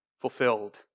fulfilled